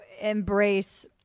embrace